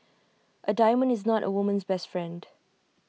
A diamond is not A woman's best friend